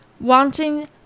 wanting